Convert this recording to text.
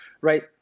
right